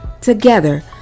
Together